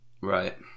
Right